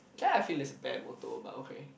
just I feel is a bad motto but okay